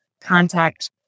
contact